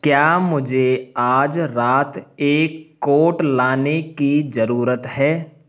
क्या मुझे आज रात एक कोट लाने की ज़रूरत है